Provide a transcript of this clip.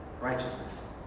righteousness